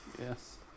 Yes